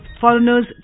foreigners